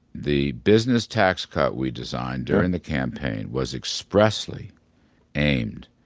the business tax cut we designed during the campaign was expressly aimed